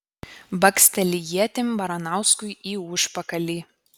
baksteli ietim baranauskui į užpakalį